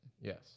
yes